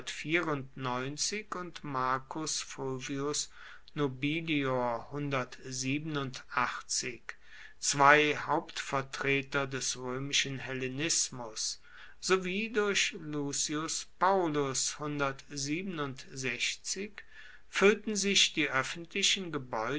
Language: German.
und marcus fulvius nobilior zwei hauptvertreter des roemischen hellenismus sowie durch lucius paullus füllten sich die oeffentlichen